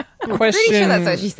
Question